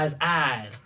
eyes